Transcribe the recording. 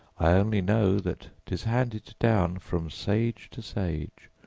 i only know that tis handed down. from sage to sage,